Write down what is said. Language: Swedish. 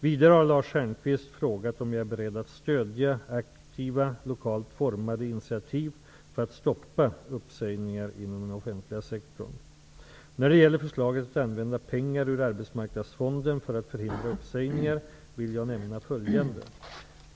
Vidare har Lars Stjernkvist frågat om jag är beredd att stödja aktiva, lokalt formade initiativ för att stoppa uppsägningar inom den offentliga sektorn. När det gäller förslaget att använda medel ur arbetsmarknadsfonden för att förhindra uppsägningar vill jag nämna följande.